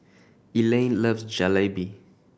Elayne loves Jalebi